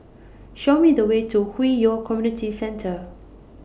Show Me The Way to Hwi Yoh Community Centre